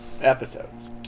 episodes